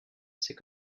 c’est